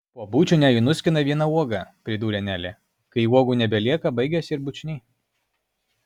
po bučinio ji nuskina vieną uogą pridūrė nelė kai uogų nebelieka baigiasi ir bučiniai